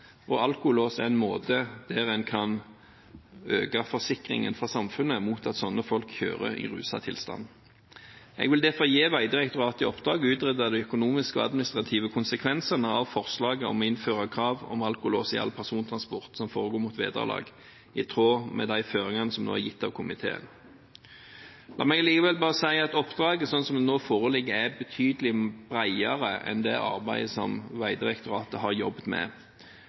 enkelte. Alkolås er en måte å sikre samfunnet mot at sånne folk kjører i ruset tilstand. Jeg vil derfor gi Vegdirektoratet i oppdrag å utrede de økonomiske og administrative konsekvensene av forslaget om å innføre krav om alkolås i all persontransport som foregår mot vederlag, i tråd med de føringene som nå er gitt av komiteen. La meg likevel si at oppdraget, som det nå foreligger, er betydelig bredere enn det arbeidet som Vegdirektoratet har jobbet med.